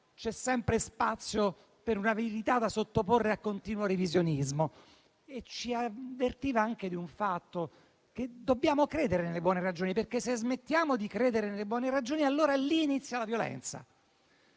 c'è sempre spazio per una verità da sottoporre a continuo revisionismo. E ci avvertiva anche di un fatto: dobbiamo credere nelle buone ragioni, perché, se smettiamo di farlo, lì inizia la violenza.